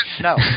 No